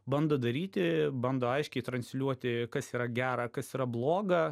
bando daryti bando aiškiai transliuoti kas yra gera kas yra bloga